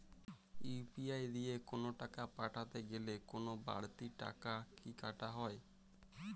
UPI দিয়ে কোন টাকা পাঠাতে গেলে কোন বারতি টাকা কি কাটা হয়?